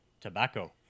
Tobacco